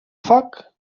foc